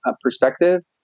Perspective